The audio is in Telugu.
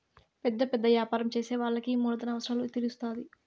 పెద్ద పెద్ద యాపారం చేసే వాళ్ళకి ఈ మూలధన అవసరాలు తీరుత్తాధి